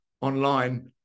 online